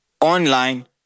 online